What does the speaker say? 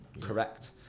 correct